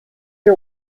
are